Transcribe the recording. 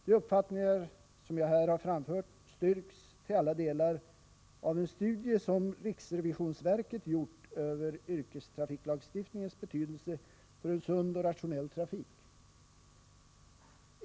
De uppfattningar som jag här har framfört styrks till alla delar av en studie som riksrevisionsverket gjort över yrkestrafiklagstiftningens betydelse för en sund och rationell trafik.